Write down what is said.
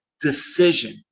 decision